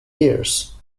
years